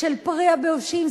של פרי הבאושים.